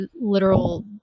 literal